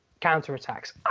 counter-attacks